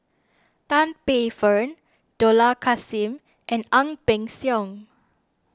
Tan Paey Fern Dollah Kassim and Ang Peng Siong